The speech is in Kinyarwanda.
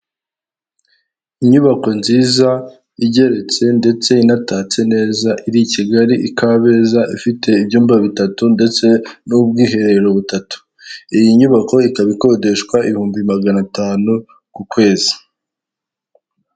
Inyubako nziza igeretse ndetse inatatse neza iri i Kigali i Kabeza ifite ibyumba bitatu ndetse n'ubwiherero butatu, iyi nyubako ikaba ikodeshwa ibihumbi maganatanu ku kwezi.